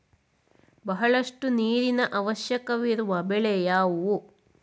ಬಹಳಷ್ಟು ನೀರಿನ ಅವಶ್ಯಕವಿರುವ ಬೆಳೆ ಯಾವುವು?